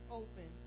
open